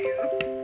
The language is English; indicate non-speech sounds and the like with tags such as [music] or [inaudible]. [noise]